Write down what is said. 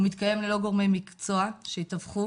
הוא מתקיים ללא גורמי מקצוע שיתווכו.